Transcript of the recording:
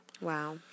Wow